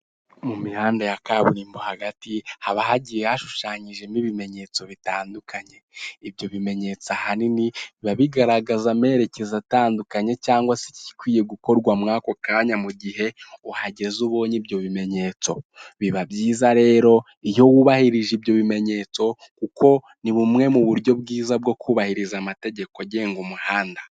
Mu mihanda ya kaburimbo hagati, haba hagiye hashushanyijwemo ibimenyetso bitandukanye. Ibyo bimenyetso ahanini bigaragaza amerekezo atandukanye cyangwa se igikwiye gukorwa ako kanya igihe uhageze. Iyo ubonye ibyo bimenyetso, biba byiza rero iyo wubahirije ibyo bimenyetso, kuko ari bumwe mu buryo bwiza bwo kubahiriza amategeko agenga umuhanda.